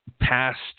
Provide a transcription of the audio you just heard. past